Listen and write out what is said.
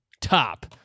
top